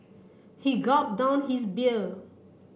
he gulped down his beer